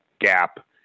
gap